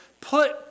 put